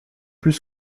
plus